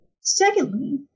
secondly